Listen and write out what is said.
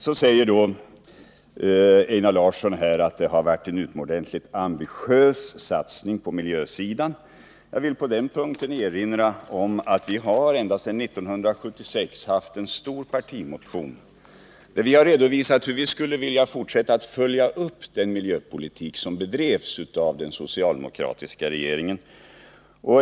Så säger då Einar Larsson att det har varit en utomordentligt ambitiös satsning på miljösidan. Jag vill på den punkten erinra om att vi varje år ända sedan 1976 har haft en stor partimotion, där vi har redovisat hur vi skulle vilja fortsätta att följa upp den miljöpolitik som bedrevs åv den socialdemokratiska regeringen.